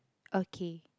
okay